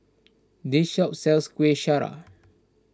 this shop sells Kueh Syara